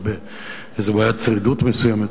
אני באיזה בעיית צרידות מסוימת.